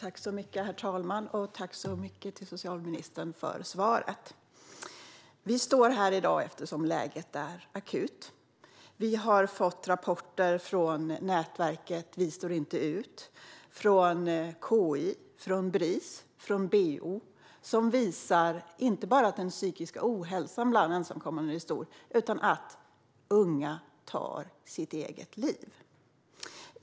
Herr talman! Tack så mycket, socialministern, för svaret! Vi står här i dag eftersom läget är akut. Vi har fått rapporter från nätverket #vistårinteut, från KI, från Bris och från BO som visar inte bara att den psykiska ohälsan bland ensamkommande är stor utan att unga tar sitt eget liv.